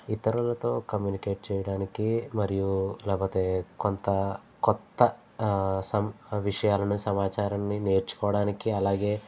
ఇతరులతో కమ్మూనికేట్ చేయడానికి మరియు లేకపోతే కొంత కొత్త సం విషయాలను సమాచారాన్ని నేర్చుకోవడానికి అలాగే